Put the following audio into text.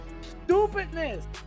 Stupidness